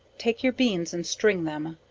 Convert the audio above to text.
take your beans and string them,